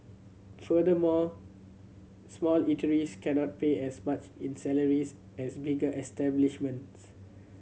furthermore small eateries cannot pay as much in salaries as bigger establishments